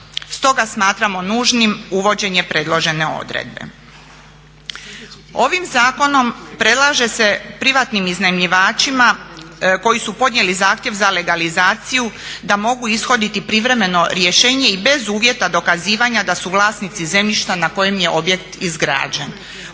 Stoga smatramo nužnim uvođenje predložene odredbe. Ovim zakonom predlaže se privatnim iznajmljivačima koji su podnijeli zahtjev za legalizaciju da mogu ishoditi privremeno rješenje i bez uvjeta dokazivanja da su vlasnici zemljišta na kojem je objekt izgrađen.